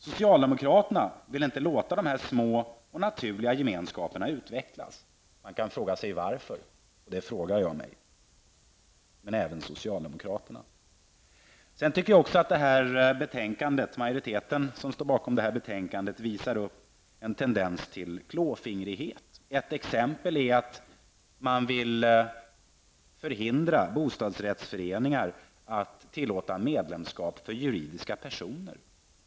Socialdemokraterna vill inte låta de här små och naturliga gemenskaperna utvecklas. Man kan fråga sig varför. Det frågar jag mig men även socialdemokraterna. Sedan tycker jag också att majoriteten som står bakom betänkandet visar upp en tendens till klåfingrighet. Ett exempel är att man vill förhindra bostadsrättsföreningar att tillåta medlemskap för juridiska personer.